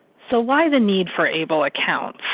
so, why the need for able accounts?